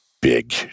big